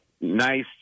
nice